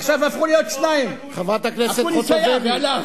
עכשיו הפכו להיות שניים אקוניס היה והלך.